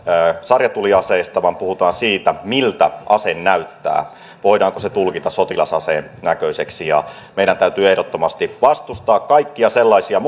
sarjatuliaseista vaan puhutaan siitä miltä ase näyttää voidaanko se tulkita sotilasaseen näköiseksi ja meidän täytyy ehdottomasti vastustaa kaikkia sellaisia